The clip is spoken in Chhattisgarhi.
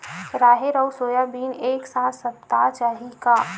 राहेर अउ सोयाबीन एक साथ सप्ता चाही का?